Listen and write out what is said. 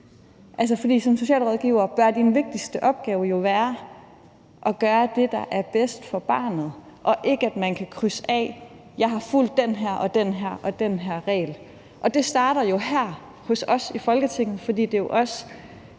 For som socialrådgiver bør din vigtigste opgave jo være at gøre det, der er bedst for barnet, og ikke, at man kan krydse af og sige: Jeg har fulgt den og den regel. Og det starter her hos os i Folketinget, for det er jo os,